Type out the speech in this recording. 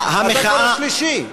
אתה כבר השלישי.